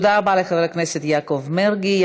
תודה רבה לחבר הכנסת יעקב מרגי.